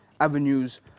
avenues